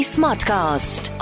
Smartcast